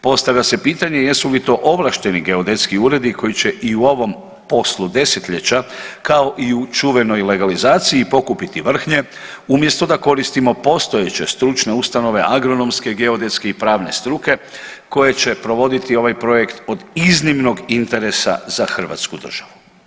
Postavlja se pitanje jesu li to ovlašteni geodetski uredi koji će i u ovom poslu 10-ljeća, kao i u čuvenoj legalizaciji pokupiti vrhnje umjesto da koristimo postojeće stručne ustanove agronomske, geodetske i pravne struke koje će provoditi ovaj projekt od iznimnog interesa za hrvatsku državu.